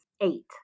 eight